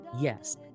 yes